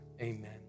amen